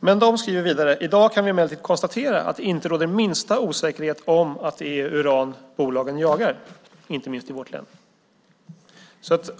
De skriver vidare: I dag kan vi emellertid konstatera att det inte råder minsta osäkerhet om att det är uran som bolagen jagar, inte minst i vårt län.